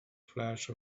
flash